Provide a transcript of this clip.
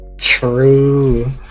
True